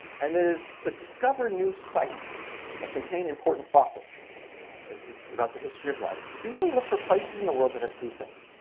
and that is to discover new sites that contain important fossils about the history of life you really look for places in the world that have three things.